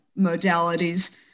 modalities